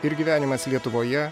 ir gyvenimas lietuvoje